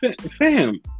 fam